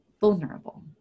vulnerable